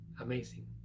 amazing